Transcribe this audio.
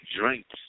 drinks